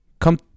come